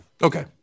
Okay